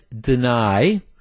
deny